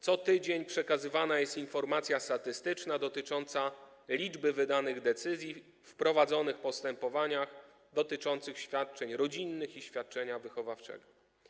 Co tydzień przekazywana jest informacja statystyczna dotycząca liczby wydanych decyzji w prowadzonych postępowaniach dotyczących świadczeń rodzinnych i świadczenia wychowawczego.